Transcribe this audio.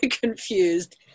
confused